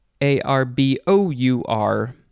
A-R-B-O-U-R